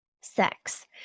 sex